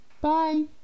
Bye